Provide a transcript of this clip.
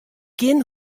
gjin